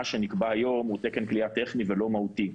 שנקבע היום הוא תקן כליאה טכני ולא מהותי,